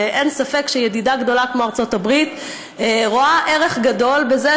ואין ספק שידידה גדולה כמו ארצות הברית רואה ערך גדול בזה